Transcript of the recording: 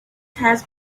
has